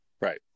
Right